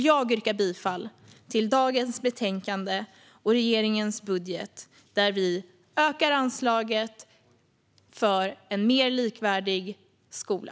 Jag yrkar bifall till utskottets förslag och regeringens budget, där vi ökar anslaget för en mer likvärdig skola.